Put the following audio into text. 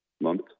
month